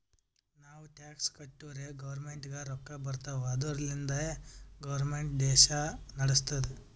ನಾವು ಟ್ಯಾಕ್ಸ್ ಕಟ್ಟುರೇ ಗೌರ್ಮೆಂಟ್ಗ ರೊಕ್ಕಾ ಬರ್ತಾವ್ ಅದುರ್ಲಿಂದೆ ಗೌರ್ಮೆಂಟ್ ದೇಶಾ ನಡುಸ್ತುದ್